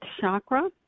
chakra